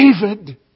David